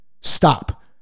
Stop